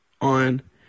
on